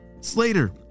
Slater